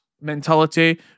mentality